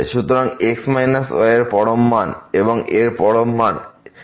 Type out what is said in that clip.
সুতরাং x y এর পরম মান এবং এর পরম মান f